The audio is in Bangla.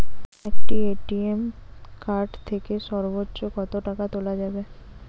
একটি এ.টি.এম কার্ড থেকে সর্বোচ্চ কত টাকা তোলা যাবে?